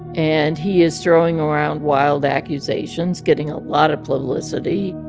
and he is throwing around wild accusations, getting a lot of publicity.